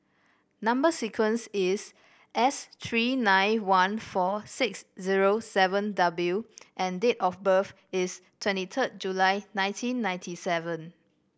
number sequence is S three nine one four six zero seven W and date of birth is twenty third July nineteen ninety seven